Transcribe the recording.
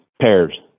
pairs